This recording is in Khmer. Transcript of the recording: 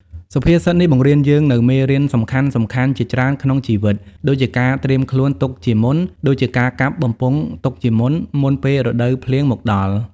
សុភាសិតនេះបង្រៀនយើងនូវមេរៀនសំខាន់ៗជាច្រើនក្នុងជីវិតដូចជាការត្រៀមខ្លួនទុកជាមុន ដូចជាការកាប់បំពង់ទុកជាមុន មុនពេលរដូវភ្លៀងមកដល់។